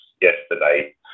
yesterday